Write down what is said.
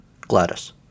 Gladys